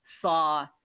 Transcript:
saw